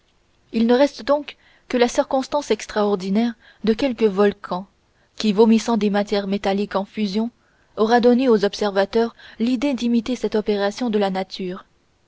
il ne reste donc que la circonstance extraordinaire de quelque volcan qui vomissant des matières métalliques en fusion aura donné aux observateurs l'idée d'imiter cette opération de la nature